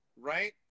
right